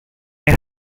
you